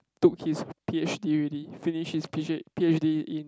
took his P_H_D already finish his P_H P_H_D in